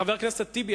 חבר הכנסת טיבי,